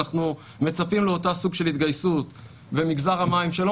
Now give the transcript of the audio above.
אנחנו מצפים לאותו סוג של התגייסות במגזר המים שלא